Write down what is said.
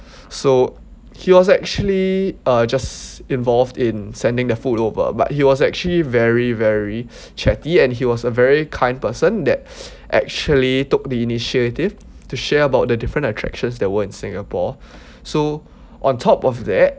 so he was actually uh just involved in sending the food over but he was actually very very chatty and he was a very kind person that actually took the initiative to share about the different attractions that were in singapore so on top of that